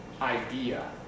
idea